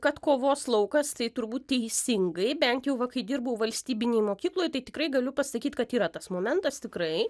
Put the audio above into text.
kad kovos laukas tai turbūt teisingai bent jau va kai dirbau valstybinėj mokykloj tai tikrai galiu pasakyt kad yra tas momentas tikrai